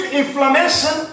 inflammation